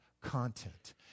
content